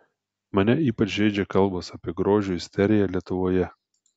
mane ypač žeidžia kalbos apie grožio isteriją lietuvoje